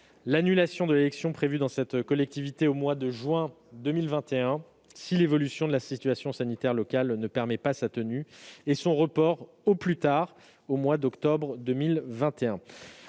l'annulation de l'élection prévue dans cette collectivité au mois de juin 2021, si l'évolution de la situation sanitaire locale ne permet pas sa tenue, et son report au plus tard au mois d'octobre 2021.